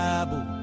Bible